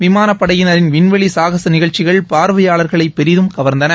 விமானப் படையினரின் விண்வெளி சாகச நிகழ்ச்சிகள் பார்வையாளர்களை பெரிதம் கவர்ந்தன